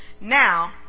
now